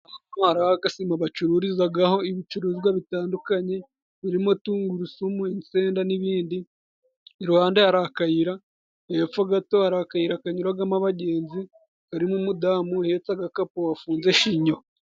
Hano hari agasima bacururizagaho ibicuruzwa bitandukanye birimo: tungurusumu, insenda n'ibindi iruhande harakayira hepfo gato hari akayira kanyuragamo abagenzi karimo umudamu uhetse agakapu wafunze shinyo.